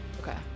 Okay